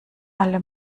alle